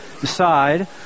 decide